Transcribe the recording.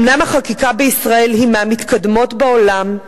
אומנם החקיקה בישראל היא מהמתקדמות בעולם,